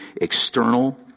external